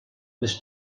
les